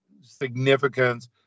significance